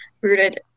rooted